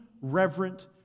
reverent